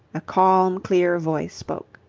a calm, clear voice spoke.